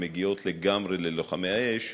שמגיעים לגמרי ללוחמי האש,